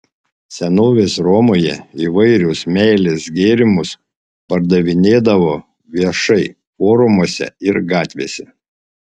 senovės romoje įvairius meilės gėrimus pardavinėdavo viešai forumuose ir gatvėse